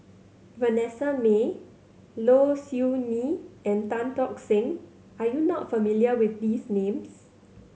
Vanessa Mae Low Siew Nghee and Tan Tock Seng are you not familiar with these names